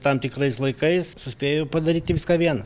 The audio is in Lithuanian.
tam tikrais laikais suspėju padaryti viską vienas